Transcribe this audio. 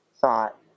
thought